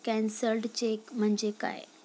Cancelled cheque म्हणजे काय?